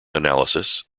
analysis